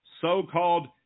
so-called